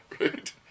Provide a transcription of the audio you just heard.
right